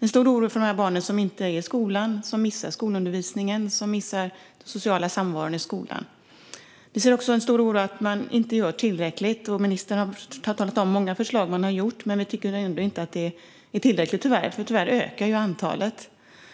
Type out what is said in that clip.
hyser stor oro för de barn som inte är i skolan och som missar skolundervisningen och den sociala samvaron i skolan. Vi hyser också stor oro över att man inte gör tillräckligt. Ministern talade om många förslag som finns, men vi tycker inte att det är tillräckligt. Antalet ökar ju tyvärr.